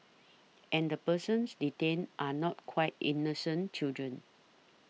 and the persons detained are not quite innocent children